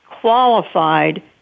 qualified